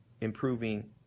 improving